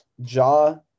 jaw